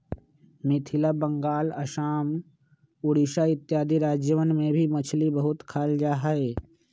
मिथिला बंगाल आसाम उड़ीसा इत्यादि राज्यवन में भी मछली बहुत खाल जाहई